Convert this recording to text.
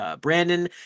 Brandon